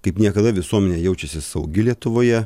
kaip niekada visuomenė jaučiasi saugi lietuvoje